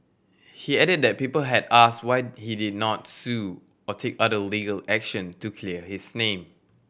he added that people had asked why he did not sue or take other legal action to clear his name